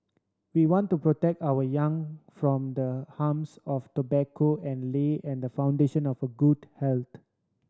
we want to protect our young from the harms of tobacco and lay and foundation of a good health